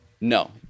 No